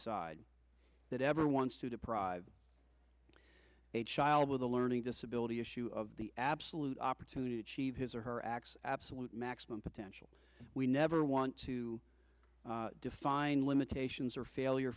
side that ever wants to deprive a child with a learning disability issue of the absolute opportunity to achieve his or her x absolute maximum potential we never want to define limitations or failure